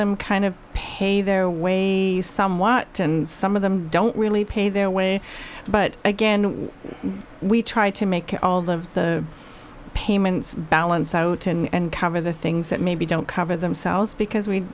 them kind of pay their way somewhat and some of them don't really pay their way but again we try to make all of the payments balance out and cover the things that maybe don't cover themselves because we